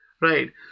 right